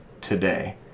today